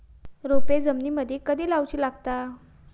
रोपे जमिनीमदि कधी लाऊची लागता?